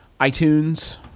iTunes